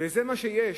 וזה מה שיש,